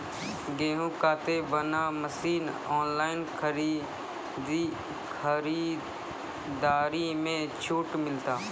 गेहूँ काटे बना मसीन ऑनलाइन खरीदारी मे छूट मिलता?